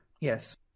Yes